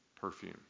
perfume